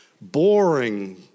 boring